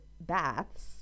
baths